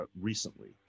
recently